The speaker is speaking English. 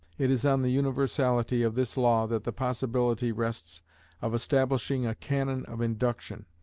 it is on the universality of this law that the possibility rests of establishing a canon of induction.